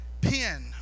pen